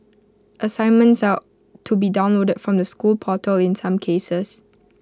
assignments are to be downloaded from the school portal in some cases